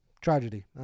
Tragedy